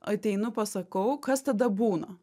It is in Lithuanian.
ateinu pasakau kas tada būna